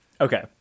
okay